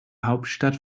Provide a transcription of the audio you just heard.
hauptstadt